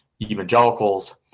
evangelicals